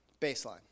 baseline